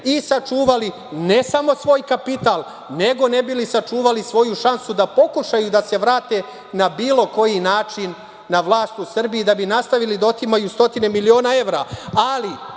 i sačuvali, ne samo svoj kapital, nego ne bili sačuvali svoju šansu da pokušaju da se vrate na bilo koji način na vlast u Srbiji da bi nastavili da otimaju stotine miliona evra. Neće